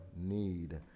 need